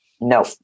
No